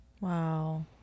Wow